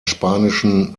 spanischen